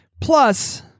Plus